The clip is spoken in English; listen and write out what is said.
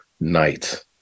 night